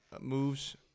moves